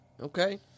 Okay